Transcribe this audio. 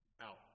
out